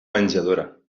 menjadora